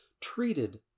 treated